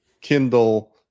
Kindle